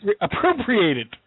Appropriated